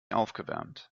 aufgewärmt